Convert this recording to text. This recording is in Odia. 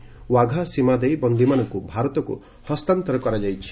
ଓ୍ୱାଘା ସୀମା ଦେଇ ବନ୍ଦୀମାନଙ୍କୁ ଭାରତକୁ ହସ୍ତାନ୍ତର କରାଯାଇଛି